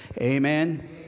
Amen